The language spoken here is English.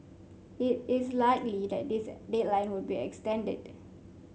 it is likely that this deadline would be extended